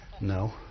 No